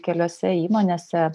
keliose įmonėse